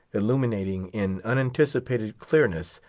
illuminating, in unanticipated clearness,